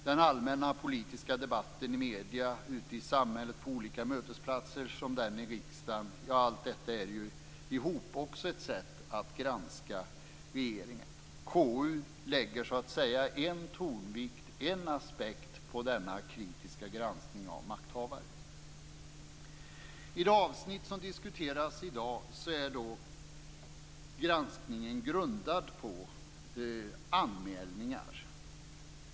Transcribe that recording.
Den allmänna politiska debatten i medierna och ute i samhället på olika mötesplatser, som den i riksdagen, är också ett sätt att granska regeringen. KU:s granskning är en aspekt av denna kritiska granskning av makthavare. Granskningen av de avsnitt som diskuteras i dag grundas på anmälningar.